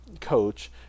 coach